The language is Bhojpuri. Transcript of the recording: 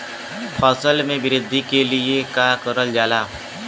फसल मे वृद्धि के लिए का करल जाला?